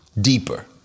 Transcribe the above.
deeper